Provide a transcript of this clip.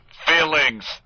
Feelings